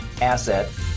asset